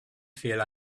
feel